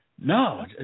No